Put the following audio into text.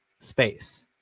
space